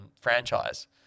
franchise